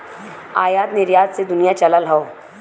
आयात निरयात से दुनिया चलत हौ